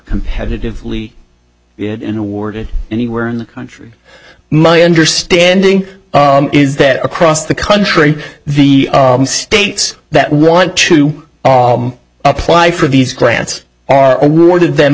competitively awarded anywhere in the country my understanding is that across the country the states that want to apply for these grants are awarded them